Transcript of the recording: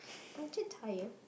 punctured tyre